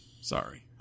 Sorry